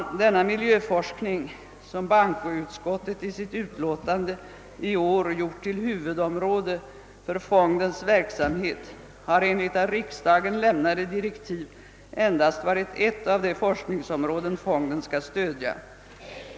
Denna miljöforskning, som bankoutskottet i sitt utlåtande i år har gjort till huvudområde för fondens verksamhet, har enligt av riksdagen lämnade direktiv endast varit ett av de forskningsområden fonden skall stödja.